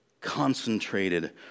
concentrated